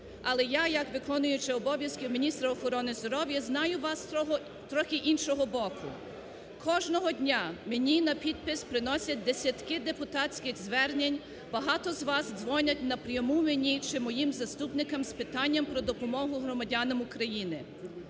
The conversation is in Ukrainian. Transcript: Але я як виконуючий обов'язки міністра охорони здоров'я знаю вас трохи з іншого боку. Кожного дня мені на підпис приносять десятки депутатських звернень, багато з вас дзвонять напряму мені чи моїм заступникам з питанням про допомогу громадянам України.